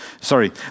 sorry